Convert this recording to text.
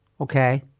Okay